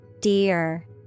Dear